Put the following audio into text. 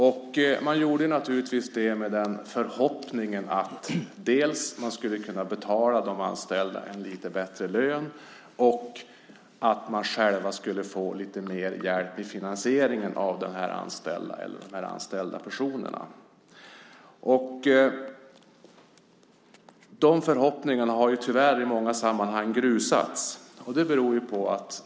Det gjorde man naturligtvis i hopp om att dels kunna ge de anställda en lite bättre lön, dels själva få lite mer hjälp med finansieringen av de här anställda personerna. De förhoppningarna har tyvärr i många sammanhang grusats.